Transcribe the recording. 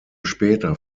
später